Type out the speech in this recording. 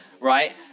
right